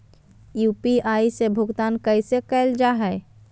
UPI से भुगतान कैसे कैल जहै?